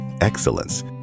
excellence